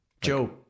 Joe